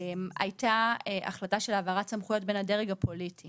הייתה החלטה של העברת סמכויות בין הדרג הפוליטי